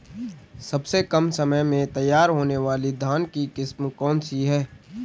सबसे कम समय में तैयार होने वाली धान की किस्म कौन सी है?